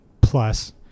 plus